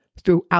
throughout